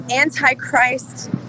antichrist